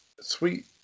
sweet